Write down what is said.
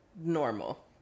normal